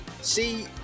See